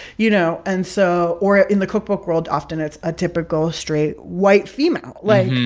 you know. and so or in the cookbook world, often it's a typical straight, white female. like,